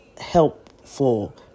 helpful